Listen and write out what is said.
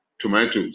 tomatoes